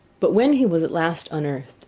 but when he was at last unearthed,